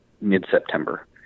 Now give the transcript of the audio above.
mid-September